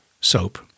soap